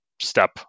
step